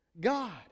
God